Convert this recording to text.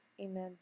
Amen